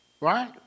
right